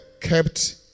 kept